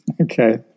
Okay